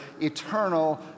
eternal